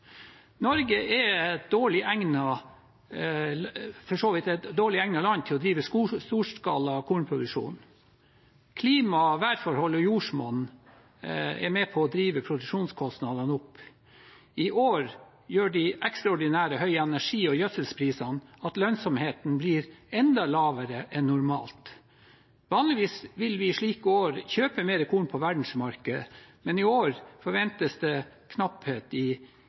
drive storskala kornproduksjon. Klima, værforhold og jordsmonn er med på å drive produksjonskostnadene opp. I år gjør de ekstraordinære høye energi- og gjødselprisene at lønnsomheten blir enda lavere enn normalt. Vanligvis vil vi i slike år kjøpe mer korn på verdensmarkedet, men i år forventes det knapphet i